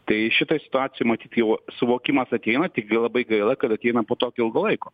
tai šitoj situacijoj matyt jau suvokimas ateina tik labai gaila kad ateina po tokio ilgo laiko